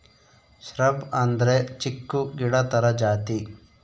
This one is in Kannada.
ಶ್ರಬ್ ಅಂದ್ರೆ ಚಿಕ್ಕು ಗಿಡ ತರ ಜಾತಿ